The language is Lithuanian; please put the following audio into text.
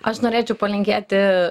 aš norėčiau palinkėti